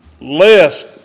Lest